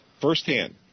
Firsthand